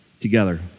together